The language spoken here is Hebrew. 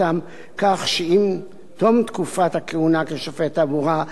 כך שעם תום תקופת הכהונה כשופט תעבורה,